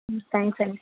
thanks అండి